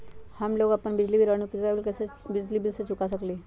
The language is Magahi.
हम लोग अपन बिजली बिल और अन्य उपयोगिता बिल यू.पी.आई से चुका सकिली ह